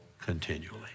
continually